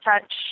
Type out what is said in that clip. touch